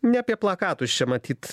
ne apie plakatus čia matyt